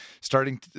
starting